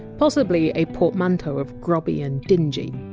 possibly a portmanteau of grubby and dingy.